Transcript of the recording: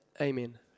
amen